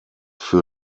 für